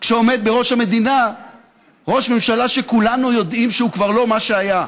כשעומד בראש המדינה ראש ממשלה שכולנו יודעים שהוא כבר לא מה שהיה,